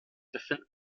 befinden